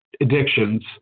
addictions